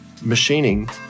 machining